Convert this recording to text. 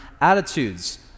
attitudes